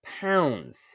pounds